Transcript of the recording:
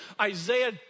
Isaiah